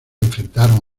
enfrentaron